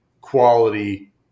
quality